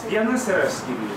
vienas yra skyriuje